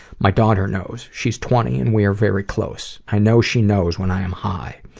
my daughter knows. she's twenty and we are very close. i know she knows when i am high.